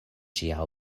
ĝia